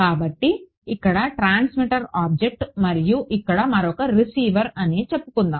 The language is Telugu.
కాబట్టి ఇక్కడ ఒక ట్రాన్స్మిటర్ ఆబ్జెక్ట్ మరియు ఇక్కడ మరొక రిసీవర్ అని చెప్పుకుందాం